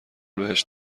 بهش